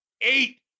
eight